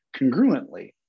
congruently